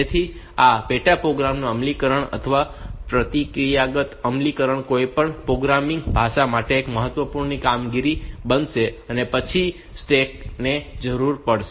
તેથી આ પેટા પ્રોગ્રામ અમલીકરણ અથવા પ્રક્રિયાગત અમલીકરણ કોઈપણ પ્રોગ્રામિંગ ભાષા માટે એક મહત્વપૂર્ણ કામગીરી બનશે અને પછી સ્ટેક ની જરૂર પડશે